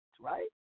right